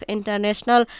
International